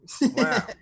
Wow